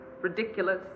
ridiculous